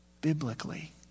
biblically